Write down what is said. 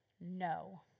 no